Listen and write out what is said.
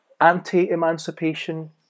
anti-emancipation